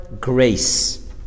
grace